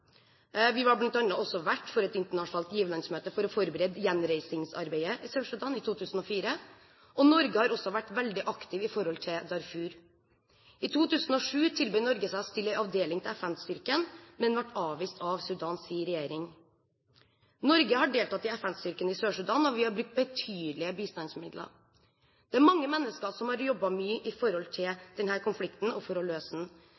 Vi var bl.a. også vert for et internasjonalt giverlandsmøte for å forberede gjenreisningsarbeidet i Sør-Sudan i 2004, og Norge har også vært veldig aktiv når det gjelder Darfur. I 2007 tilbød Norge seg å stille en avdeling til FN-styrken, men ble avvist av Sudans regjering. Norge har deltatt i FN-styrken i Sør-Sudan, og vi har brukt betydelige bistandsmidler. Det er mange mennesker som har jobbet mye med denne konflikten for å løse den.